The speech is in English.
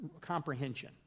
comprehension